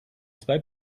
zwei